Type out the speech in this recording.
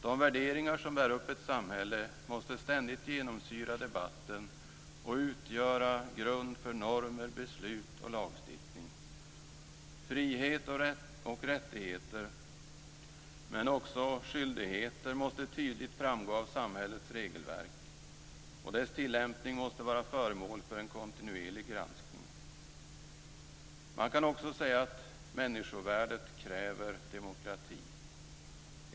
De värderingar som bär upp ett samhälle måste ständigt genomsyra debatten och utgöra grund för normer, beslut och lagstiftning. Friheter och rättigheter men också skyldigheter måste tydligt framgå av samhällets regelverk, och dess tillämpning måste vara föremål för en kontinuerlig granskning. Man kan också säga att människovärdet kräver demokrati.